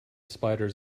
spiders